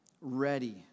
ready